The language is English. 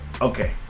okay